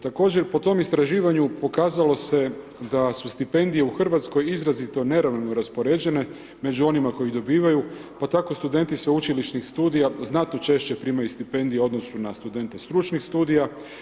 Također je po tom istraživanju pokazalo se da su stipendije u Hrvatskoj izrazito neravnomjerno raspoređene među onim koji dobivaju pa tako studenti sveučilišnih studija znatno češće primaju stipendije u odnosu na studente stručnih studija.